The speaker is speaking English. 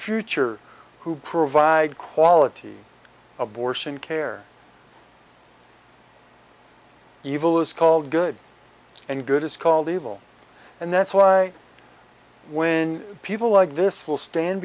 future who provide quality abortion care evil is called good and good is called evil and that's why when people like this will stand